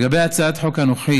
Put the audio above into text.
לגבי הצעת החוק הנוכחית,